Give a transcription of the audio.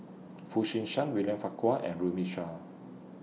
Foo Chee San William Farquhar and Runme Shaw